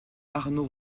arnaud